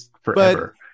forever